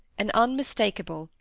an unmistakable,